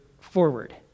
forward